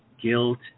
guilt